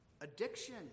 Addiction